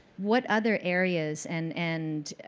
what other areas and and